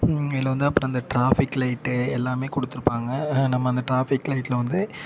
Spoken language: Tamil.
இதில் வந்து அப்புறம் அந்த டிராஃபிக் லைட்டு எல்லாமே கொடுத்துருப்பாங்க நம்ம அந்த டிராஃபிக் லைட்டில் வந்து